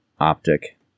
optic